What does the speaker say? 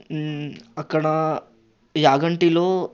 అక్కడా యాగంటిలో